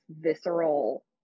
visceral